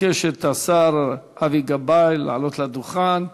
אבקש מהשר אבי גבאי לעלות לדוכן.